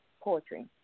poetry